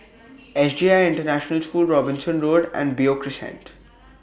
S J I International School Robinson Road and Beo Crescent